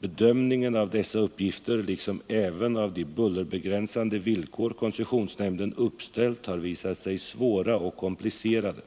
Bedömningen av dessa uppgifter liksom även av de bullerbegränsade villkor koncessionsnämnden uppställt har visat sig svåra och komplicerade.